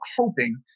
hoping